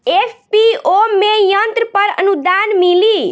FPO में यंत्र पर आनुदान मिँली?